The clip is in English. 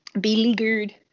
beleaguered